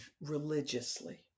religiously